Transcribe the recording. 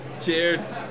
Cheers